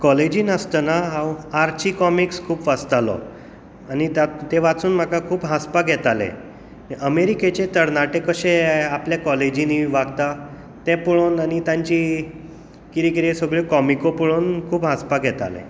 काॅलेजींत आसतना हांव Archie comics खूब वाचतालो आनी तातूं तें वाचून म्हाका खूब हांसपाक येतालें अमेरिकेचे तरणाटे कशे आपल्या काॅलेजींनी वागतात तें पळोवन आनी तांची कितें कितें सगळ्यो काॅमिको पळोवन खूब हांसपाक येतालें